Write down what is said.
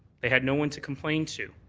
they had no one to complain to.